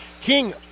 King